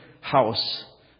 house